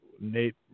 Nate